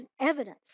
evidence